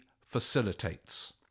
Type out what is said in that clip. facilitates